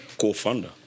co-founder